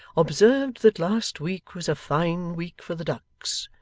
observed that last week was a fine week for the ducks,